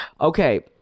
Okay